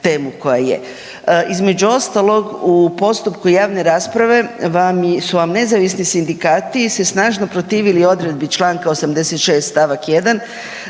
temu koja je. Između ostalog, u postupku javne rasprave su vam nezavisni sindikati se snažno protivili odredbi čl. 86 st. 1,